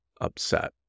upset